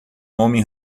homem